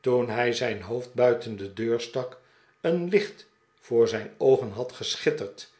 toen hij zijn hoofd buiten de deur stak een licht voor zijn oogen had geschitterd